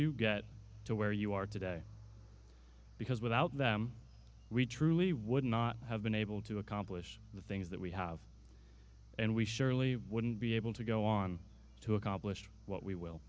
you get to where you are today because without them we truly would not have been able to accomplish the things that we have and we surely wouldn't be able to go on to accomplish what we will